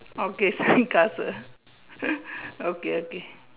okay sandcastle okay okay